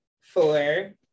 Four